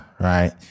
right